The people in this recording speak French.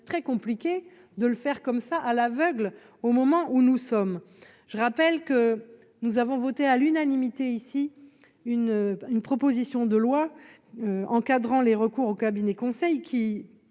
très compliqué de le faire comme ça à l'aveugle, au moment où nous sommes, je rappelle que nous avons voté à l'unanimité, ici une une proposition de loi encadrant les recours au cabinet conseil qui